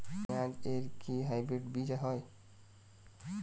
পেঁয়াজ এর কি হাইব্রিড বীজ হয়?